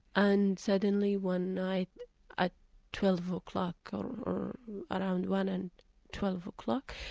and suddenly one night at twelve o'clock, or around one and twelve o'clock,